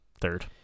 third